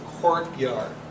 courtyard